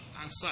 Answer